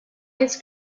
his